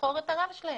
לבחור את הרב שלהם?